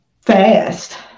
fast